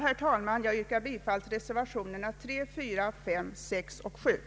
Herr talman! Jag yrkar bifall till reservationerna nr 3, 4, 5 och 6.